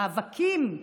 מאבקים